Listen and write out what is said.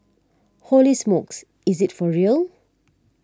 Holy smokes is this for real